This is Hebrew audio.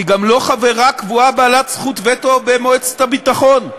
היא גם לא חברה קבועה בעלת זכות וטו במועצת הביטחון,